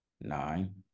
nine